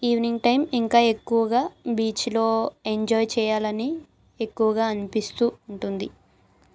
evening time ఇంకా ఎక్కువగా బీచ్లో ఎంజాయ్ చెయ్యాలని ఎక్కువగా అనిపిస్తూ ఉంటుంది